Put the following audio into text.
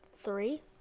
Three